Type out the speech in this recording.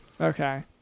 okay